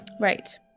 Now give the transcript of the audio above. Right